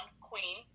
queen